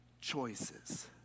choices